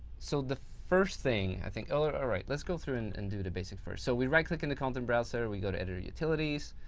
so, the first thing i think, oh, alright, let's go through and and do the basic first. so, we right click in the content browser, we go to editor utilities,